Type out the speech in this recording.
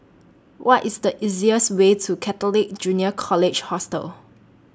What IS The easiest Way to Catholic Junior College Hostel